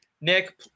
Nick